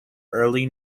early